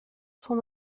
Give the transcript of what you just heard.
son